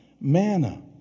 Manna